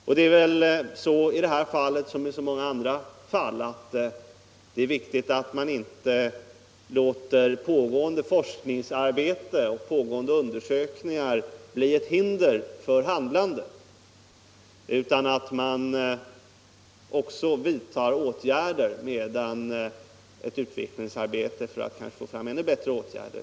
Och i det här fallet liksom i många andra fall är det viktigt att man inte låter pågående forskningsarbete och pågående undersökningar bli ett hinder för handlandet, utan att man också bör vidta åtgärder medan utvecklingsarbetet pågår för att få fram ännu bättre åtgärder.